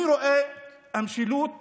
אני רואה, המשילות